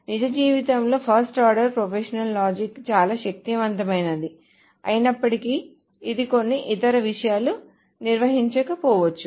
నిజ జీవితంలో first order propositional logic చాలా శక్తివంతమైనది అయినప్పటికీ ఇది కొన్ని ఇతర విషయాలను నిర్వహించకపోవచ్చు